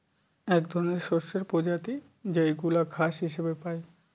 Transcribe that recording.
এক ধরনের শস্যের প্রজাতি যেইগুলা ঘাস হিসেবে পাই